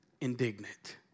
indignant